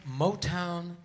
Motown